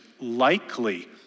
likely